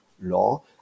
law